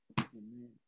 Amen